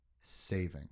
saving